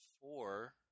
four